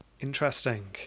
Interesting